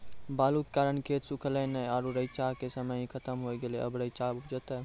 बालू के कारण खेत सुखले नेय आरु रेचा के समय ही खत्म होय गेलै, अबे रेचा उपजते?